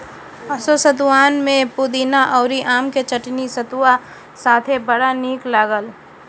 असो सतुआन में पुदीना अउरी आम के चटनी सतुआ साथे बड़ा निक लागल